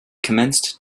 commenced